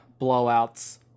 blowouts